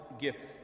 gifts